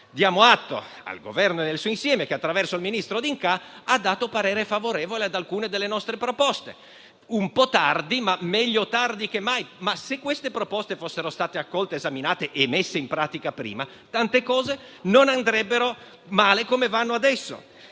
Diamo oggi atto al Governo nel suo insieme che, attraverso il ministro D'Incà, ha espresso parere favorevole su alcune delle nostre proposte; un po' tardi, ma meglio tardi che mai. Se queste proposte però fossero state accolte, esaminate e messe in pratica prima, tante cose non andrebbero male come vanno adesso.